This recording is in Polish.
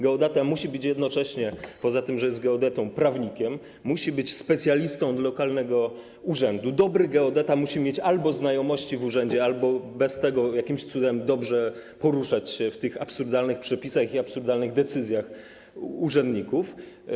Geodeta musi być jednocześnie, poza tym, że jest geodetą, prawnikiem, musi być specjalistą od lokalnego urzędu, dobry geodeta musi mieć albo znajomości w urzędzie, albo bez tego jakimś cudem dobrze poruszać się w tych absurdalnych przepisach i absurdalnych decyzjach urzędników.